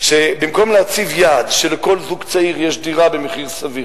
במקום להציב יעד שלכל זוג צעיר יש דירה במחיר סביר,